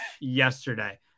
yesterday